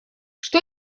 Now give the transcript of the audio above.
что